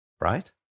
right